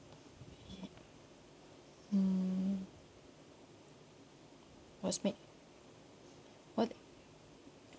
mm what's it made what